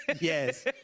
Yes